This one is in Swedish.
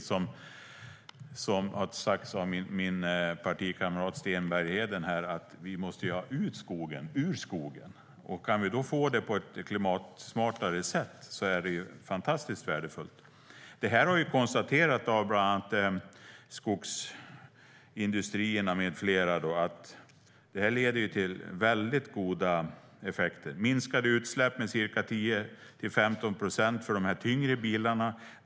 Som min partikamrat Sten Bergheden har sagt måste vi mycket riktigt ha ut skogen ur skogen. Om vi kan få det på ett klimatsmartare sätt är det fantastiskt värdefullt. Bland annat skogsindustrierna med flera har konstaterat att det här leder till väldigt goda effekter, såsom minskade utsläpp med ca 10-15 procent för de tyngre bilarna.